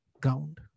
ground